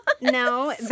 No